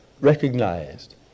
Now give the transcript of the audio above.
recognized